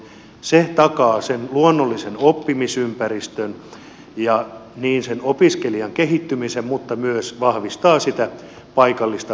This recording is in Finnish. se takaa sen luonnollisen oppimisympäristön ja opiskelijan kehittymisen mutta myös vahvistaa sitä paikallista